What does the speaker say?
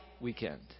Weekend